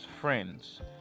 friends